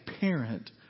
parent